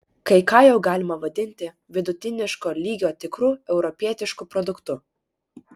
kai ką jau galima vadinti vidutiniško lygio tikru europietišku produktu